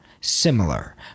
similar